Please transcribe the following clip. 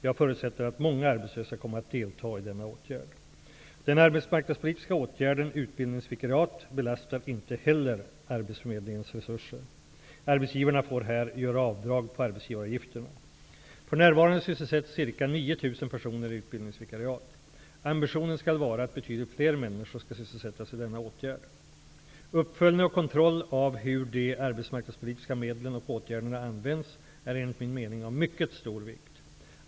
Jag förutsätter att många arbetslösa kommer att delta i denna åtgärd. utbildningsvikariat -- belastar inte heller arbetsförmedlingens resurser. Arbetsgivarna får här göra avdrag på arbetsgivaravgifterna. För närvarande sysselsätts ca 9 000 personer i utbildningsvikariat. Ambitionen skall vara att betydligt fler personer skall sysselsättas i denna åtgärd. Uppföljning och kontroll av hur de arbetsmarknadspolitiska medlen och åtgärderna används är enligt min uppfattning av mycket stor vikt.